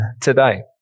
today